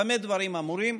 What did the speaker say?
במה דברים אמורים?